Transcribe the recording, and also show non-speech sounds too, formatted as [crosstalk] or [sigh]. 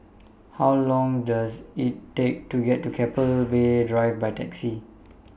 How Long Does IT Take to get to [noise] Keppel Bay Drive By Taxi